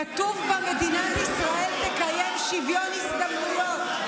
כתוב בה: מדינת ישראל תקיים שוויון הזדמנויות,